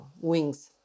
wings